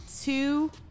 two